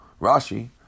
Rashi